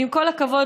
ועם כל הכבוד,